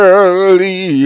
Early